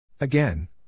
Again